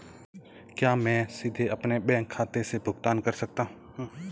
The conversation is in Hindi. क्या मैं सीधे अपने बैंक खाते से भुगतान कर सकता हूं?